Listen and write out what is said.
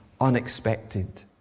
unexpected